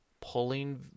pulling